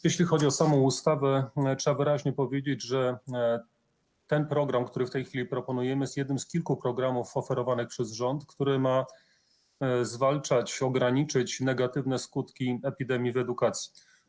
Jeśli chodzi o samą ustawę, trzeba wyraźnie powiedzieć, że ten program, który w tej chwili proponujemy, jest jednym z kilku programów oferowanych przez rząd, który ma zwalczać, ograniczyć negatywne skutki epidemii w edukacji.